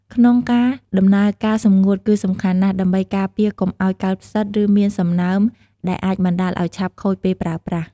ក្នុងការដំណើរការសម្ងួតគឺសំខាន់ណាស់ ដើម្បីការពារកុំឲ្យកើតផ្សិត ឬមានសំណើម ដែលអាចបណ្ដាលឲ្យឆាប់ខូចពេលប្រើប្រាស់។